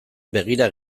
begira